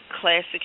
classic